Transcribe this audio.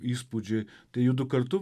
įspūdžiai tai judu kartu